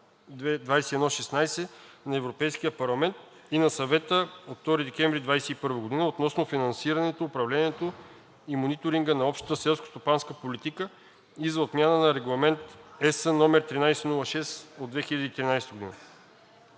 2021/2116 на Европейския парламент и на Съвета от 2 декември 2021 г. относно финансирането, управлението и мониторинга на общата селскостопанска политика и за отмяна на Регламент (ЕС) № 1306/2013.